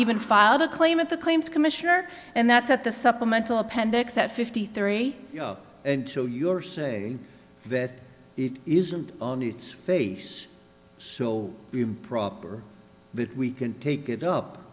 even filed a claim at the claims commissioner and that's at the supplemental appendix at fifty three you know until your say that it isn't newt's face so proper that we can take it up